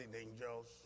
angels